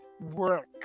work